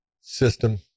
system